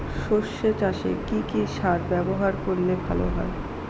সর্ষে চাসে কি কি সার ব্যবহার করলে ভালো হয়?